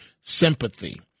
sympathy